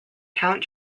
count